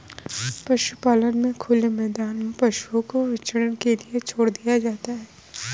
पशुपालन में खुले मैदान में पशुओं को विचरण के लिए छोड़ दिया जाता है